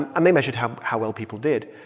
and they measured how how well people did.